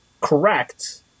correct